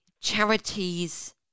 charities